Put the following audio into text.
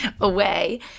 away